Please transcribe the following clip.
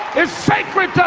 is sacred to